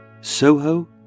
Soho